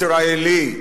ישראלי,